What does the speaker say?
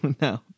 no